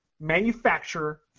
manufacturer